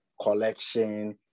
collection